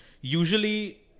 usually